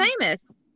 famous